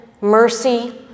mercy